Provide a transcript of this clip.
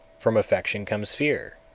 from affection comes fear